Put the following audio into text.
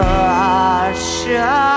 Russia